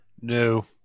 No